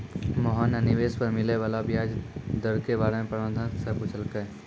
मोहन न निवेश पर मिले वाला व्याज दर के बारे म प्रबंधक स पूछलकै